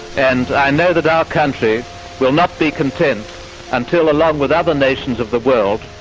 and i know that um country will not be content until, along with other nations of the world,